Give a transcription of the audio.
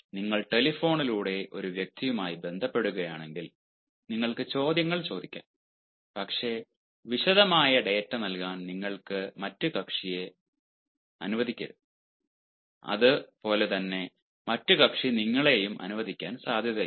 നിങ്ങൾ ടെലിഫോണിലൂടെ ഒരു വ്യക്തിയുമായി ബന്ധപ്പെടുകയാണെങ്കിൽ നിങ്ങൾക്ക് ചോദ്യങ്ങൾ ചോദിക്കാം പക്ഷേ വിശദമായ ഡാറ്റ നൽകാൻ നിങ്ങൾ മറ്റ് കക്ഷിയെ അനുവദിക്കരുത് അത് പോലെ തന്നെ മറ്റ് കക്ഷി നിങ്ങളെയും അനുവദിക്കാൻ സാധ്യതയില്ല